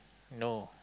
no